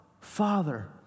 Father